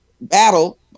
battle